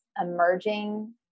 emerging